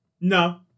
No